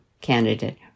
candidate